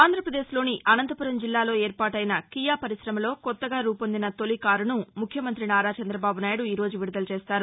ఆంధ్రప్రదేశ్లోని అనంతపురం జిల్లాలో ఏర్పాటైన కీయా పరిశ్రమలో కొత్తగా రూపొందిన తొలి కారును ముఖ్యమంతి నారా చంద్రబాబు నాయుడు ఈరోజు విదుదల చేస్తారు